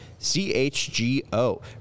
CHGO